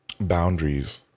boundaries